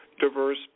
diverse